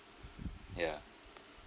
yeah